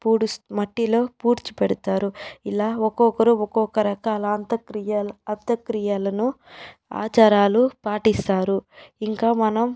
పూడుస్త మట్టిలో పూడ్చి పెడతారు ఇలా ఒక్కొక్కరు ఒకొక్క రకాల అంత్యక్రియలు అంత్యక్రియలును ఆచారాలు పాటిస్తారు ఇంకా మనం